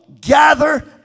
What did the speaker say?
gather